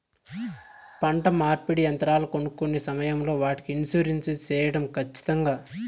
పంట నూర్పిడి యంత్రాలు కొనుక్కొనే సమయం లో వాటికి ఇన్సూరెన్సు సేయడం ఖచ్చితంగా?